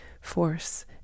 force